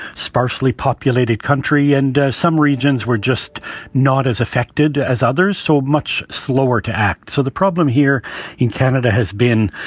sparsely populated country and some regions were just not as affected as others so much slower to act. so the problem here in canada has been,